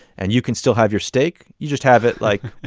and you can still have your steak. you just have it, like,